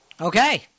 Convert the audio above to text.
Okay